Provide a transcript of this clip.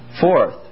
Fourth